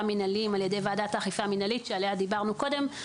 מינהליים על ידי ועדת האכיפה המינהלית שעליה דיברנו קודם,